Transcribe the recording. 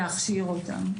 להכשיר אותם,